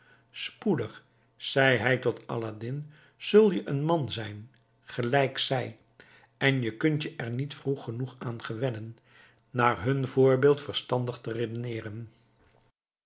spoedig zei hij tot aladdin zul je een man zijn gelijk zij en je kunt je er niet vroeg genoeg aan gewennen naar hun voorbeeld verstandig te redeneeren